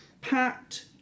Pat